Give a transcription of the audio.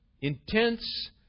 intense